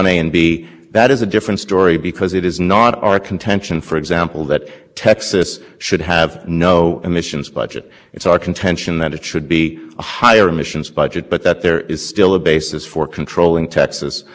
for states like texas where the emissions budget should be changed is that the court remand without vacating because we're in the middle of a compliance year there's allowance trading going on we understand the disruption of vacating something completely in the middle of the year but it should be